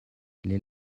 les